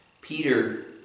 Peter